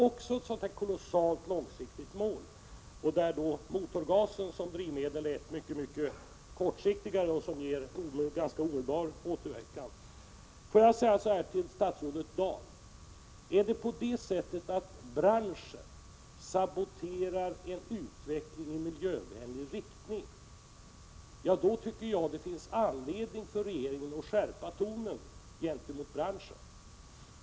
Också detta är ett kolossalt långsiktigt mål. Användning av motorgas som drivmedel är en mycket kortsiktigare åtgärd, med ganska omedelbar verkan. Jag vill säga till statsrådet Dahl: Om branschen saboterar en utvecklingi = Prot. 1986/87:78 miljövänlig riktning, då tycker jag det finns anledning för regeringen att 3 mars 1987 skärpa tonen.